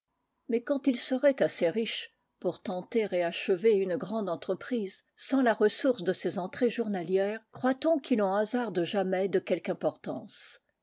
mais quand il serait assez riche pour tenter et achever une grande entreprise sans la ressource de ses entrées journalières croit-on qu'il en hasarde jamais de quelque importance